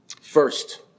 First